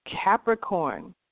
Capricorn